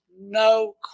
no